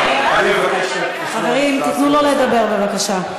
אני מבקש שתשמרי על, חברים, תנו לו לדבר, בבקשה.